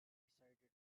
decided